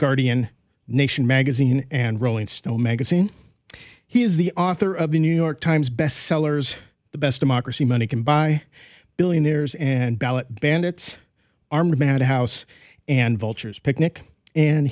guardian nation magazine and rolling stone magazine he is the author of the new york times best sellers the best a mock receive money can buy billionaires and ballot bandits armed madhouse and vultures picnic and